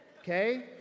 Okay